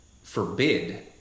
forbid